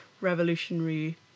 Revolutionary